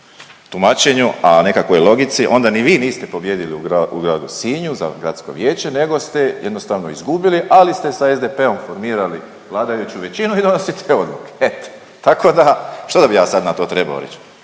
tumačenju, a nekakvoj logici onda ni vi niste pobijedili u gradu Sinju za gradsko vijeće, nego ste jednostavno izgubili, ali ste sa SDP-om formirali vladajuću većinu i donosite odluke. Eto, tako da što bi ja sad na to trebao reći?